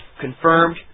confirmed